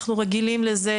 אנחנו רגילים לזה,